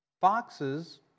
foxes